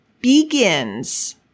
begins